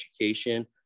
Education